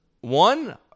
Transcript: one